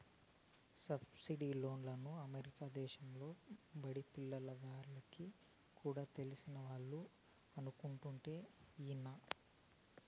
subsidised లోన్లు America దేశంలో బడిపిల్ల గాల్లకి కూడా తెలిసినవాళ్లు అనుకుంటుంటే ఇన్నా